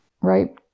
Right